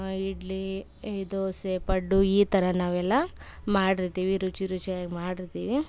ಇಡ್ಲಿ ಈ ದೋಸೆ ಪಡ್ಡು ಈ ಥರ ನಾವೆಲ್ಲ ಮಾಡಿರ್ತೀವಿ ರುಚಿ ರುಚಿಯಾಗಿ ಮಾಡಿರ್ತೀವಿ